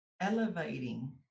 elevating